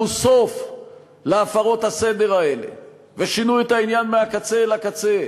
סוף להפרות הסדר האלה ושינו את העניין מהקצה אל הקצה,